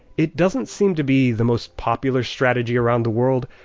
it doesn't seem to be the most popular strategy around the world,